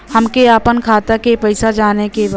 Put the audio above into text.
हमके आपन खाता के पैसा जाने के बा